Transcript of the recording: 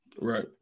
Right